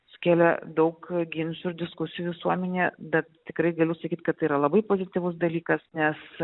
sukėlė daug ginčų ir diskusijų visuomenėje bet tikrai galiu sakyt kad tai yra labai pozityvus dalykas nes